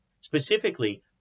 Specifically